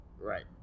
Right